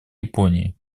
японии